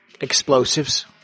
Explosives